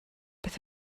beth